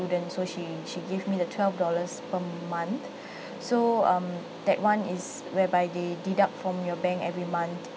student so she she give me the twelve dollars per month so um that one is whereby they deduct from your bank every month